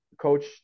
coach